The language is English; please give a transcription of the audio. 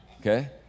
Okay